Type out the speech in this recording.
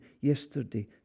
yesterday